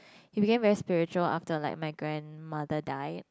he became very spiritual after like my grandmother die